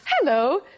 Hello